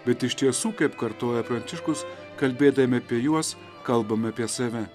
bet iš tiesų kaip kartoja pranciškus kalbėdami apie juos kalbame apie save